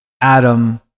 Adam